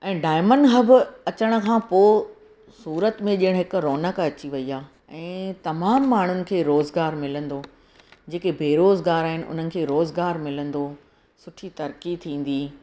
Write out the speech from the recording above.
ऐं diamond hub अचण खां पोइ सूरत में ॼणु हिक रौनक़ अची वेई आहे ऐं तमामु माण्हुनि खे रोज़गारु मिलंदो जेके बेरोज़गार आहिनि उन्हनि खे रोज़गारु मिलंदो सुठी तरक़ी थींदी